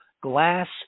glass